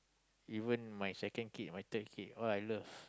even my second kid my third kid all I love